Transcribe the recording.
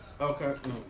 Okay